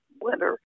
winter